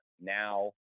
now